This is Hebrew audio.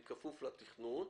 בכפוף לתכנון.